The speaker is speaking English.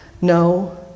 No